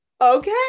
okay